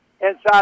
Inside